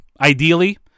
ideally